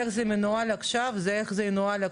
איך זה ינוהל עכשיו מבחינת